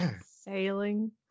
sailing